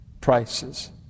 prices